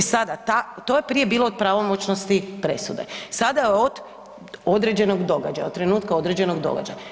E sada, to je prije bilo od pravomoćnosti presude, sada je od određenog događa, od trenutka određenog događaja.